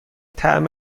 طعم